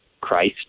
Christ